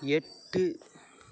எட்டு